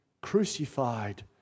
crucified